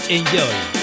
Enjoy